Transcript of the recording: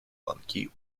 ланки